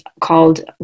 called